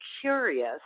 curious